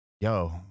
yo